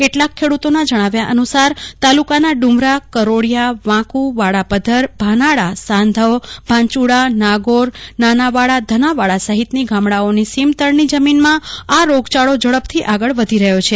કેટલાક ખેડૂતોના જણાવ્યાનુસાર તાલુકાના ડુમરા કરોડિયા વાંકુ વાડાપદ્વર ભાનાડા સાંધવ ભાચુંડા નાગોર નાનાવાડા ધનાવાડા સહિતની ગામડાઓની સીમતળની જમીનમાં આ રોગચાળો ઝડપથી આગળ વધી રહ્યો છે